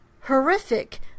horrific